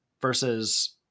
versus